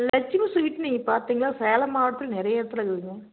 Lakshmi sweet நீங்கள் பார்த்தீங்கன்னா சேலம் மாவட்டத்தில் நிறைய இடத்துலக்குதுங்க